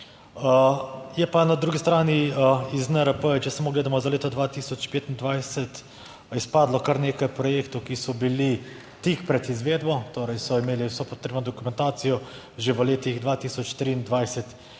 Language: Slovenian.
Je pa na drugi strani iz NRP, če samo gledamo za leto 2025, izpadlo kar nekaj projektov, ki so bili tik pred izvedbo, torej so imeli vso potrebno dokumentacijo že v letih 2023